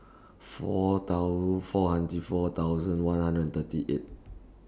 four four hundred four thousand one hundred and thirty eight